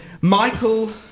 Michael